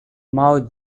mao